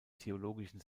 theologischen